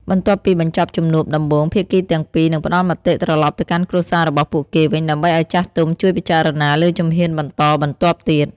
បន្ទាប់ពីបញ្ចប់ជំនួបដំបូង ភាគីទាំងពីរនឹងផ្ដល់មតិត្រឡប់ទៅកាន់គ្រួសាររបស់ពួកគេវិញ ដើម្បីឱ្យចាស់ទុំជួយពិចារណាលើជំហានបន្តបន្ទាប់ទៀត។